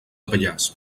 pallars